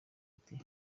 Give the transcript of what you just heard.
ati